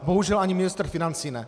Bohužel ani ministr financí ne.